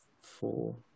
four